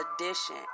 Edition